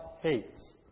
hates